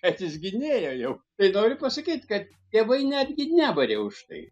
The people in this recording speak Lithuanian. bet jis gi nėjo jau tai noriu pasakyt kad tėvai netgi nebarė už tai